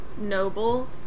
noble